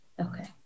okay